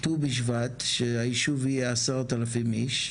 בט"ו בשבט, שהישוב יהיה 10,000 איש.